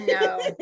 No